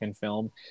film